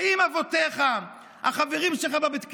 האם אבותיך, החברים שלך בבית הכנסת,